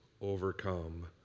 overcome